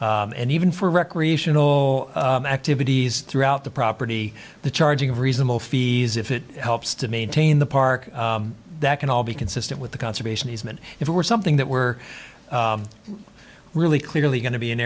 to and even for recreational activities throughout the property the charging of reasonable fees if it helps to maintain the park that can all be consistent with the conservation easement if it were something that were really clearly going to be an